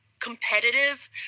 competitive